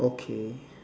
okay